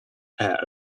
air